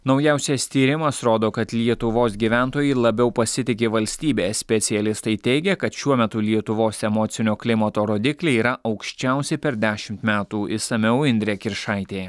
naujausias tyrimas rodo kad lietuvos gyventojai labiau pasitiki valstybe specialistai teigia kad šiuo metu lietuvos emocinio klimato rodikliai yra aukščiausi per dešimt metų išsamiau indrė kiršaitė